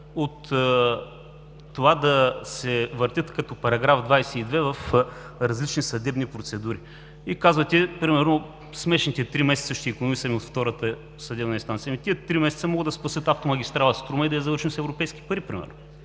от това да се въртят като Параграф 22 в различни съдебни процедури. Казвате: примерно ще икономисаме смешните три месеца от втората съдебна инстанция. Тези три месеца могат да спасят автомагистрала „Струма“ и да я завършим с европейски пари. Примерно